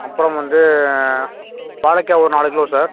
அப்புறம் வந்து வாழைக்காய் ஒரு நாலு கிலோ சார்